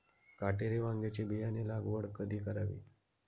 काटेरी वांग्याची बियाणे लागवड कधी करावी?